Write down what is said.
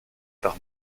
par